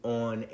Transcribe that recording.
on